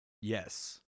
Yes